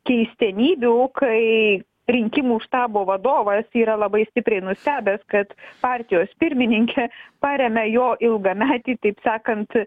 keistenybių kai rinkimų štabo vadovas yra labai stipriai nustebęs kad partijos pirmininkė paremia jo ilgametį taip sakant